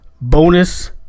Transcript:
bonus